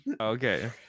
okay